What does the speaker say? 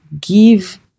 Give